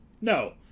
No